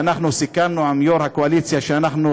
ואנחנו סיכמנו עם יו"ר הקואליציה שאנחנו